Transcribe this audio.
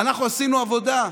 אנחנו עשינו עבודה.